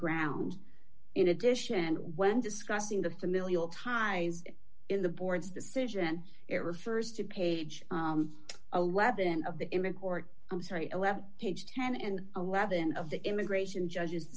grounds in addition when discussing the familial ties in the board's decision it refers to page a weapon of the in court i'm sorry eleven page ten and eleven of the immigration judges